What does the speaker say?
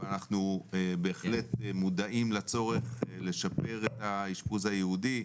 אבל אנחנו בהחלט מודעים לצורך לשפר את האשפוז הייעודי,